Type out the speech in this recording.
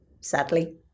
sadly